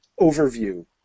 overview